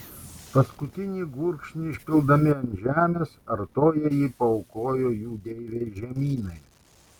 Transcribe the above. paskutinį gurkšnį išpildami ant žemės artojai jį paaukojo jų deivei žemynai